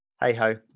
hey-ho